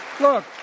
Look